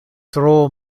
tro